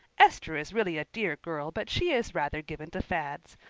esther is really a dear girl, but she is rather given to fads.